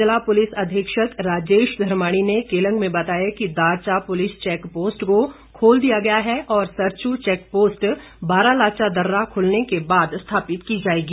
जिला पुलिस अधीक्षक राजेश धर्माणी ने केलंग में बताया कि दारचा पुलिस चैक पोस्ट को खोल दिया गया है और सरचू चैक पोस्ट बाराचाला दर्रा खुलने के बाद स्थापित की जाएगी